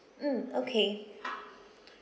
mm okay